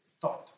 thought